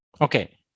okay